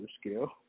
scale